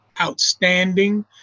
outstanding